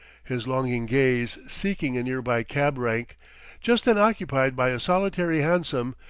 his longing gaze seeking a nearby cab-rank just then occupied by a solitary hansom,